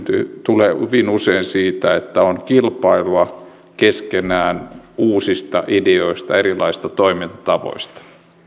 tulee hyvin usein siitä että on kilpailua keskenään uusista ideoista erilaisista toimintatavoista